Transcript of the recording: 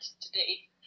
today